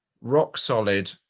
rock-solid